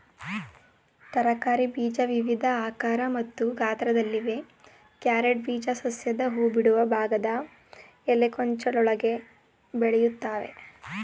ತರಕಾರಿ ಬೀಜ ವಿವಿಧ ಆಕಾರ ಮತ್ತು ಗಾತ್ರದಲ್ಲಿವೆ ಕ್ಯಾರೆಟ್ ಬೀಜ ಸಸ್ಯದ ಹೂಬಿಡುವ ಭಾಗದ ಎಲೆಗೊಂಚಲೊಳಗೆ ಬೆಳಿತವೆ